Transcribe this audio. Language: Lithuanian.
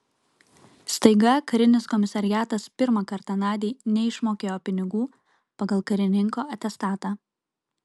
staiga karinis komisariatas pirmą kartą nadiai neišmokėjo pinigų pagal karininko atestatą